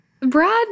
Brad